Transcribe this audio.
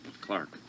Clark